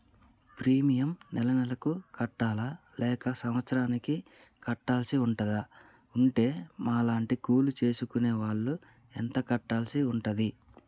Premium నెల నెలకు కట్టాలా లేక సంవత్సరానికి కట్టాల్సి ఉంటదా? ఉంటే మా లాంటి కూలి చేసుకునే వాళ్లు ఎంత కట్టాల్సి ఉంటది?